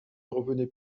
revenait